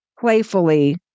playfully